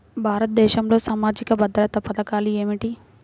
భారతదేశంలో సామాజిక భద్రతా పథకాలు ఏమిటీ?